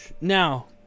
Now